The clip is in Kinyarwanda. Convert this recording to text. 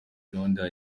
gahunda